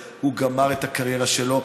טוב, הוא גמר את הקריירה שלו.